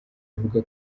ivuga